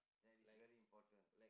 that is very important